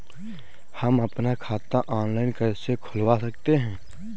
हम अपना खाता ऑनलाइन कैसे खुलवा सकते हैं?